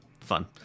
fun